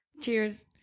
Cheers